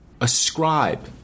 ascribe